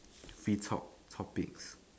we talk topics